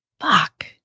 fuck